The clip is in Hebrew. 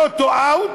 טוטו, אאוט,